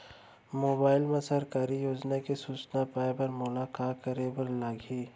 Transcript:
mobile मा सरकारी योजना के सूचना पाए बर मोला का करे बर लागही